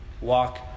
Walk